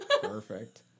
Perfect